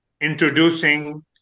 introducing